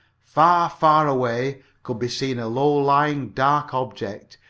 far, far away could be seen a low-lying dark object,